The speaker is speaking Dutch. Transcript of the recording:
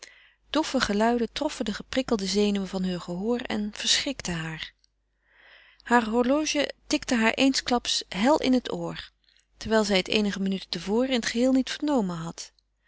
doffe geluiden troffen de geprikkelde zenuwen van heur gehoor en verschrikten haar haar horloge tikte haar eensklaps hel in het oor terwijl zij het eenige minuten te voren in het geheel niet vernomen had